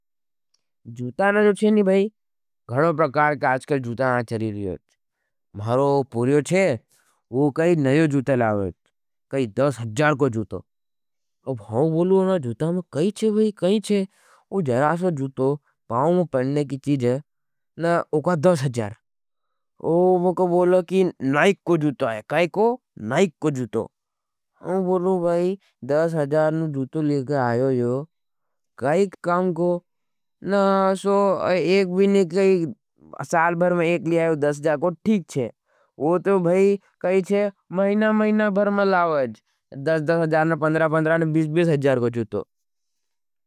जूता ना जो चेनी भाई, गड़ो प्रकार का अच्कल जूता ना चरी रहज। मारो पूर्यो छे, वो काई नयो जूते लावें। काई दस हजार को जूतो। अब हाँ बोलू उनना जूता में काई छे भाई, काई छे। वो जराशा जूतो, पाऊं में परणने की चीज़ हज, ना उका दस हजार को जूतो। वो बोलो कि नाइक को जूतो हज। काई को नाइक को जूतो। वो बोलू भाई, दस हजार को जूतो लेकर आयो जो, काई काम को, ना एक भीने काई साल भर में एक लियाओ दस हजार को ठीक छे। वो तो भाई कही छे, महिना महिना भर में लावज, दस हजार पंद्रह हजार बीस हजार को जूतो।